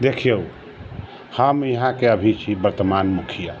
देखियौ हम यहाँके अभी छी वर्तमान मुखिया